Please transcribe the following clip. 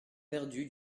perdu